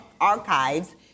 archives